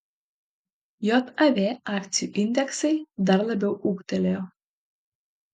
jav akcijų indeksai dar labiau ūgtelėjo